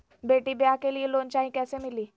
बेटी ब्याह के लिए लोन चाही, कैसे मिली?